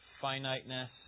finiteness